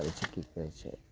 ओइसँ किछु होइ छै